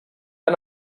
han